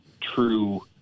true